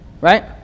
Right